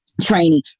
training